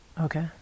Okay